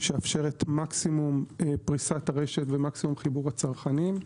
שיאפשר מקסימום פריסת הרשת ומקסימום חיבור הצרכנים.